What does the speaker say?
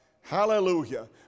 Hallelujah